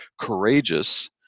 courageous